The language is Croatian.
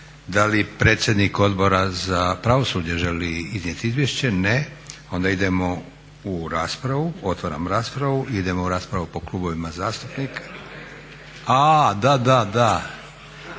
Da li predsjednik Odbora za pravosuđe želi iznijeti izvješće? Ne. Onda idemo u raspravu, otvaram raspravu. Idemo u raspravu po klubovima zastupnika. …/Upadica